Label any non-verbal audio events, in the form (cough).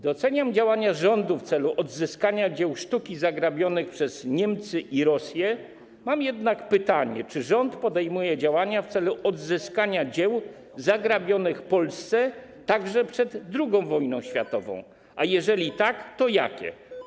Doceniam działania rządu mające na celu odzyskanie dzieł sztuki zagrabionych przez Niemcy i Rosję, mam jednak następujące pytanie: Czy rząd podejmuje działania w celu odzyskania dzieł zagrabionych Polsce także przed II wojną światową, (noise) a jeżeli tak, to jakie?